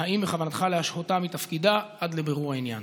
2. האם בכוונתך להשעותה מתפקידה עד לבירור העניין?